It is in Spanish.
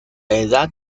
edad